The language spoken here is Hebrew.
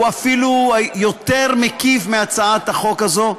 אפילו יותר מקיף מהצעת החוק הזו.